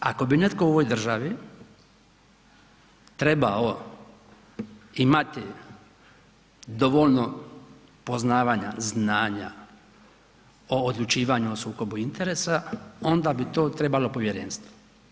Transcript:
Ako bi netko u ovoj državi trebao imati dovoljno poznavanja, znanja o odlučivanju o sukobu interesa onda bi to trebalo povjerenstvo.